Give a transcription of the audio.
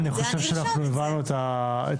אני חושב שאנחנו הבנו את הכיוון,